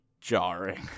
jarring